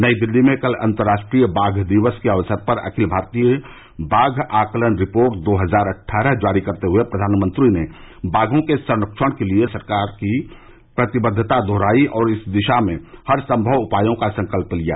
नई दिल्ली में कल अंतरराष्ट्रीय बाघ दिवस के अवसर पर अखिल भारतीय बाघ आकलन रिपोर्ट दो हजार अट्ठारह जारी करते हुए प्रधानमंत्री ने बाघों के संरक्षण के लिए सरकार की प्रतिबद्वता दोहराई और इस दिशा में हरसंभव उपायों का संकल्प लिया